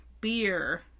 beer